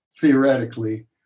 theoretically